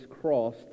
cross